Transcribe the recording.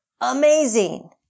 amazing